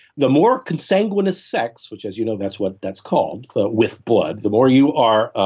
the more consanguineous sex, which is you know that's what that's called, with blood, the more you are ah